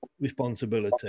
responsibility